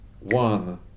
one